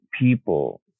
people